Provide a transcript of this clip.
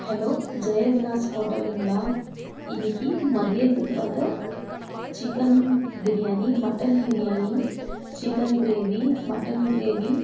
hello Jaya Vilas ஹோட்டலுங்களா இன்றைக்கி மதியத்துக்காக chicken biryani mutton biryani chicken gravy mutton gravy